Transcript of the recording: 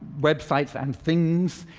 websites and things.